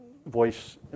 voice